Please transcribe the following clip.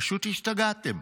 פשוט השתגעתם.